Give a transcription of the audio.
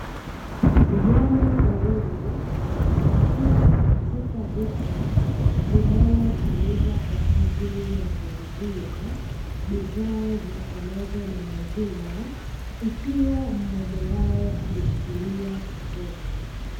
Vijana wawili wakiwa katika duka linalotumika kwa ajili ya kuuzia bidhaa zitokanazo na maziwa, ikiwa mmoja wao ameshikilia kikombe.